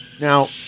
Now